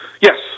Yes